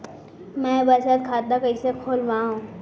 मै बचत खाता कईसे खोलव?